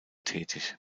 tätig